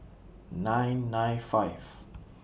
nine nine five